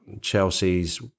Chelsea's